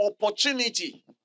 opportunity